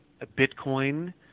Bitcoin